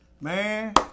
Man